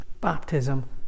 Baptism